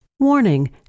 Warning